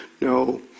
No